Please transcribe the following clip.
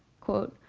quote,